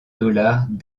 dollars